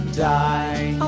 die